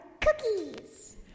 cookies